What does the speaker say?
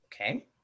okay